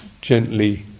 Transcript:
gently